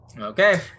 Okay